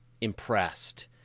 impressed